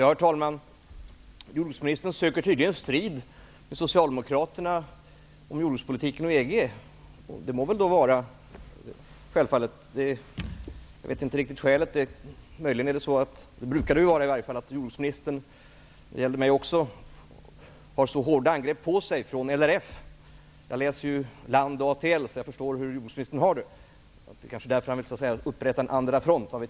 Herr talman! Jordbruksministern söker tydligen strid med socialdemokraterna om jordbrukspolitiken och EG. Det må så vara, men jag vet inte riktigt skälet. Det är möjligen så -- det brukar det ju vara i alla fall -- att jordbruksministern får hårda angrepp på sig från LRF. Det gällde mig också. Jag läser ju Land och ATL, så jag förstår hur jordbruksministern har det. Det kanske är därför som han vill upprätta en andra front.